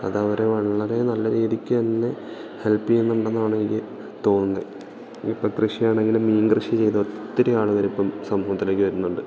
അതവരെ വളരെ നല്ല രീതിക്കുതന്നെ ഹെല്പ് ചെയ്യുന്നുണ്ടെന്നാണ് എനിക്ക് തോന്നുന്നത് ഇപ്പം കൃഷിയാണെങ്കിലും മീൻകൃഷി ചെയ്ത് ഒത്തിരി ആളുകൾ ഇപ്പം സമൂഹത്തിലേക്ക് വരുന്നുണ്ട്